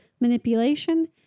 manipulation